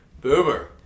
Boomer